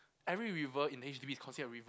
every river in H_D_B is considered a river